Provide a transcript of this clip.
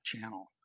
channel